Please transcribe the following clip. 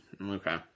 Okay